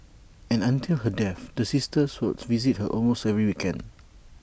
and until her death the sisters would visit her almost every weekend